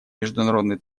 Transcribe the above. международный